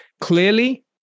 Clearly